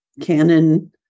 Canon